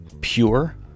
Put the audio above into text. pure